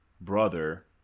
brother